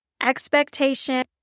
expectation